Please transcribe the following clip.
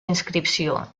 inscripció